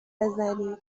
بزنی